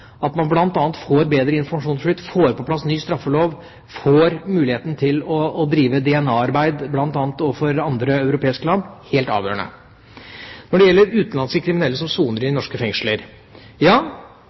at man bl.a. får bedre informasjonsflyt, får på plass ny straffelov, får muligheten til å drive DNA-arbeid bl.a. overfor andre europeiske land. Det er helt avgjørende. Så til utenlandske kriminelle som soner i